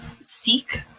seek